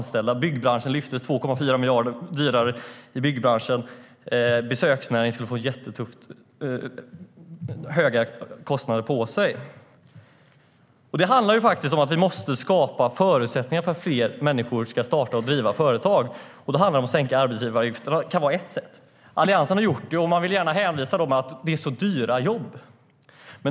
Kostnaden för byggbranschen skulle öka med 2,4 miljarder. Besöksnäringen skulle få det jättetufft. Det handlar om att vi måste skapa förutsättningar för att fler människor ska kunna starta och driva företag, och då kan sänkta arbetsgivaravgifter vara ett sätt. Alliansen har genomfört det, men det hänvisas till att det är så dyra jobb.